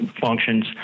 functions